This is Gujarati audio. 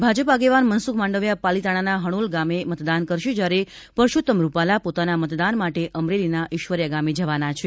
ભાજપ આગેવાન મનસુખ માંડવિયા પાલિતાણાના હણોલ ગામે મતદાન કરશે જ્યારે પરસોત્તમ રૂપાલા પોતાના મતદાન માટે અમરેલીના ઇશ્વરીયા ગામે જવાના છે